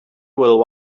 will